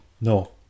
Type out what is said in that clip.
No